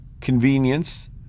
convenience